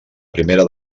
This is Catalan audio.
primera